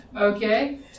Okay